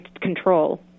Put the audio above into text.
control